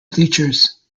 bleachers